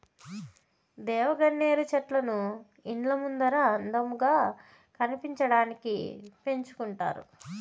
దేవగన్నేరు చెట్లను ఇండ్ల ముందర అందంగా కనిపించడానికి పెంచుకుంటారు